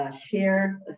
share